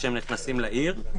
כשהם נכנסים לעיר.